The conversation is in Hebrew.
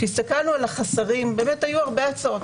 כשהסתכלנו על החסרים היו הרבה הצעות,